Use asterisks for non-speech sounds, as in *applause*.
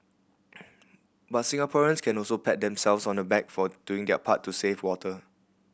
*noise* but Singaporeans can also pat themselves on the back for doing their part to save water